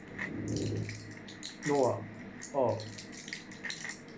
no ah oh